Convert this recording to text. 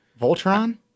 Voltron